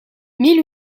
mille